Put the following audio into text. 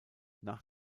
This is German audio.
nach